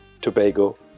Tobago